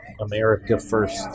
America-first